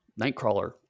Nightcrawler